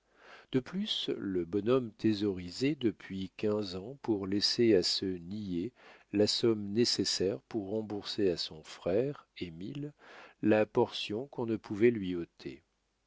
de plus le bonhomme thésaurisait depuis quinze ans pour laisser à ce niais la somme nécessaire pour rembourser à son frère émile la portion qu'on ne pouvait lui ôter